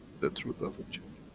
the truth doesn't change.